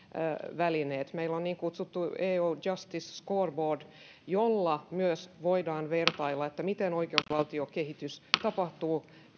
välineet meillä on niin kutsuttu eu justice scoreboard jolla myös voidaan vertailla miten oikeusvaltiokehitys tapahtuu